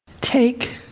take